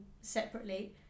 separately